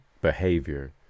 Behavior